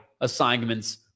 assignments